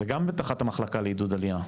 זה גם תחת המחלקה לעידוד עלייה,